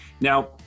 now